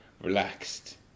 relaxed